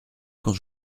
quand